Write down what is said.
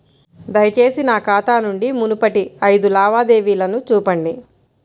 దయచేసి నా ఖాతా నుండి మునుపటి ఐదు లావాదేవీలను చూపండి